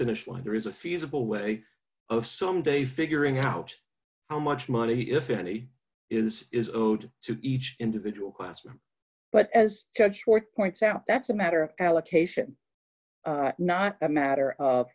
finish line there is a feasible way of someday figuring out how much money if any is is owed to each individual classroom but as cut short points out that's a matter of allocation not a matter of